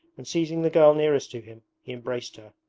and seizing the girl nearest to him, he embraced her.